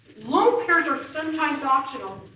lone pairs are sometimes optional.